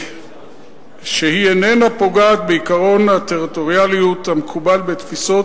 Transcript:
שהיא איננה פוגעת בעקרון הטריטוריאליות המקובל בתפיסות